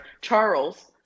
Charles